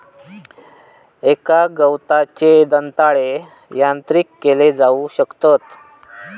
एका गवताचे दंताळे यांत्रिक केले जाऊ शकतत